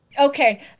Okay